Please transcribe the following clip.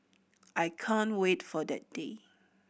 I can't wait for that day